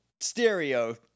stereo